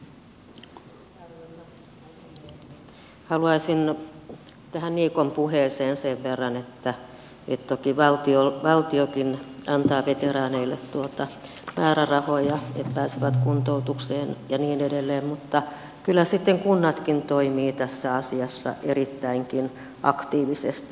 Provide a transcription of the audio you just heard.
haluaisin vastata niikon puheeseen sen verran että toki valtiokin antaa veteraaneille määrärahoja että he pääsevät kuntoutukseen ja niin edelleen mutta kyllä sitten kunnatkin toimivat tässä asiassa erittäinkin aktiivisesti